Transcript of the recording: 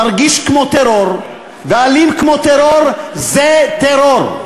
מרגיש כמו טרור ואלים כמו טרור, זה טרור.